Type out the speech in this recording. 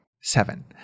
Seven